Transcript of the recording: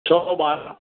सौ ॿारहां